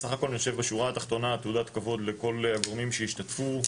בסך הכל בשורה התחתונה תעודת כבוד לכל הגורמים שהשתתפו,